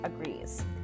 agrees